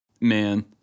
man